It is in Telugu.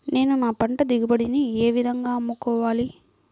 నేను నా పంట దిగుబడిని ఏ విధంగా అమ్ముకోవాలి?